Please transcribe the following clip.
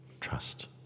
trust